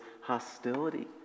hostility